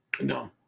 no